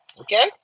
okay